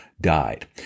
died